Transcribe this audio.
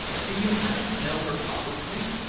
do you happen to know her father's name?